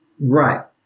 Right